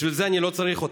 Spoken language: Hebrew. בשביל זה אני לא צריך אותך,